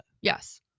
yes